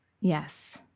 Yes